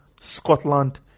Scotland